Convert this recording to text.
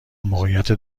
موقعیت